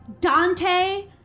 Dante